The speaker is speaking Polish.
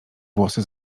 włosy